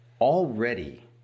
Already